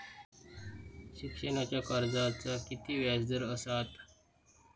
शिक्षणाच्या कर्जाचा किती व्याजदर असात?